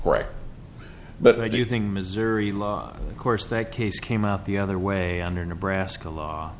correct but i do think missouri law of course that case came out the other way under nebraska law